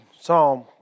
Psalm